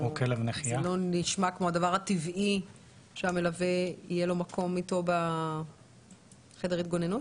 זה לא נשמע כמו הדבר הטבעי שלמלווה יהיה מקום איתו בחדר התגוננות?